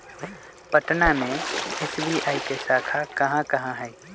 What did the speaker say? पटना में एस.बी.आई के शाखा कहाँ कहाँ हई